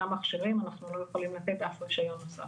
מכשירים אנחנו לא יכולים לתת אף רישיון נוסף.